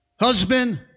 Husband